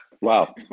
wow